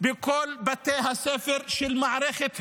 בכל בתי הספר של מערכת החינוך,